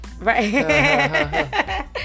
Right